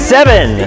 Seven